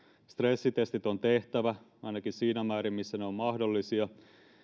stressitestit on tehtävä ainakin siinä määrin missä ne ovat mahdollisia